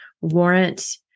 warrant